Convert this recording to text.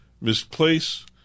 misplace